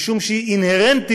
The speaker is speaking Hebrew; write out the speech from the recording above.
משום שהיא אינהרנטית